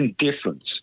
indifference